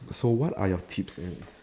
so what are your tips and